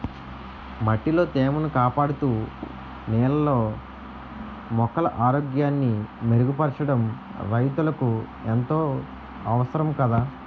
మట్టిలో తేమను కాపాడుతూ, నేలలో మొక్కల ఆరోగ్యాన్ని మెరుగుపరచడం రైతులకు ఎంతో అవసరం కదా